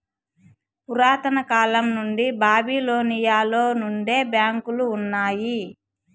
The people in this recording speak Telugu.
పురాతన కాలం నుండి బాబిలోనియలో నుండే బ్యాంకులు ఉన్నాయి